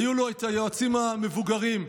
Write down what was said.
היו לו היועצים המבוגרים,